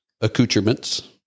accoutrements